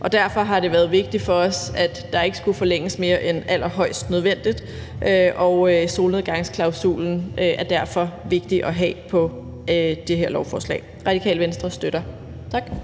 og derfor har det været vigtigt for os, at der ikke skulle forlænges mere end allerhøjst nødvendigt. Solnedgangsklausulen er derfor vigtig at have i det her lovforslag. Radikale Venstre støtter det.